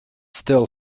still